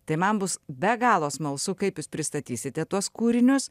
tai man bus be galo smalsu kaip jūs pristatysite tuos kūrinius